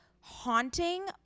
haunting